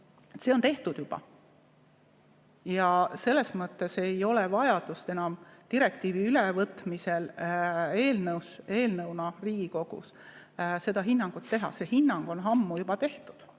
mitu aastat tagasi. Selles mõttes ei ole vajadust enam direktiivi ülevõtmisel eelnõuna Riigikogus seda hinnangut anda. See hinnang on ammu juba antud